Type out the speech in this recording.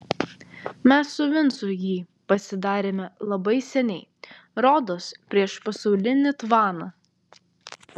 mes su vincu jį pasidarėme labai seniai rodos prieš pasaulinį tvaną